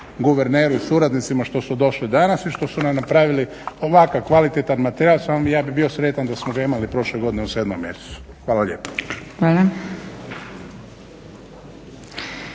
guverneru i suradnicima što su došli danas i što su nam napravili ovakav kvalitetan materijal samo ja bih sretan da smo ga imali prošle godine u sedmom mjesecu. Hvala lijepo.